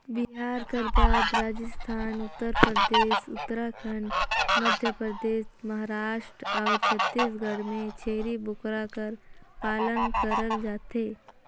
बिहार कर बाद राजिस्थान, उत्तर परदेस, उत्तराखंड, मध्यपरदेस, महारास्ट अउ छत्तीसगढ़ में छेरी बोकरा कर पालन करल जाथे